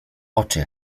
oczy